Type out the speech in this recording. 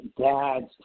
dad's